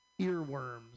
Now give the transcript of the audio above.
Earworms